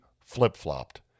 flip-flopped